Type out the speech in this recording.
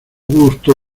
gusto